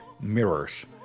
Mirrors